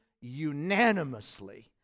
unanimously